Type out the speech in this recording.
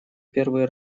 первые